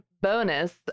bonus